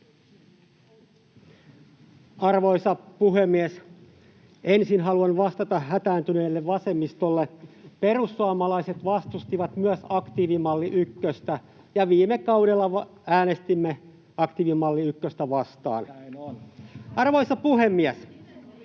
Arvoisa puhemies! Ensin haluan vastata hätääntyneelle vasemmistolle: perussuomalaiset vastustivat myös aktiivimalli ykköstä, ja viime kaudella äänestimme aktiivimalli ykköstä vastaan. [Välihuutoja